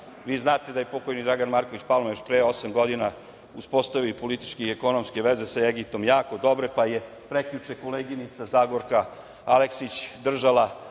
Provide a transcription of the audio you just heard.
Vi znate da je pokojni Dragan Marković Palma još pre osam godina uspostavio političke i ekonomske veze sa Egiptom jako dobre, pa je prekjuče koleginica Zagorka Aleksić držala